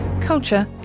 culture